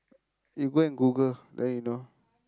you go and Google then you know